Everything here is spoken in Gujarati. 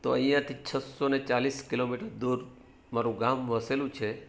તો અહીંયાંથી છસોને ચાલીસ કિલોમીટર દૂર મારું ગામ વસેલું છે